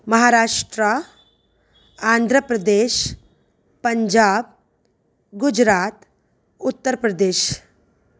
Maharashtra Andhra Pradesh Punjab Gujarat Uttar Pradesh